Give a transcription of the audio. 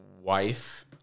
wife